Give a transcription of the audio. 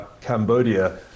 Cambodia